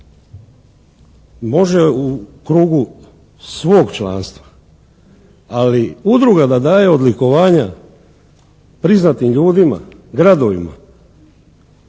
može u krugu svog članstva, ali udruga da daje odlikovanja priznatim ljudima, gradovima,